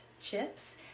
chips